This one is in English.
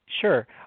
Sure